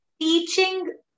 Teaching